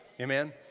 Amen